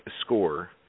score